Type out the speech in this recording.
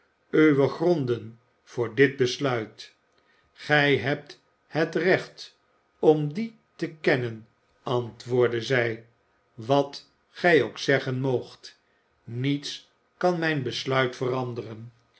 uwe gronden voor dit besluit gij hebt het recht om die te kennen antwoordde zij wat gij ook zeggen moogt niets kan mijn besluit veranderen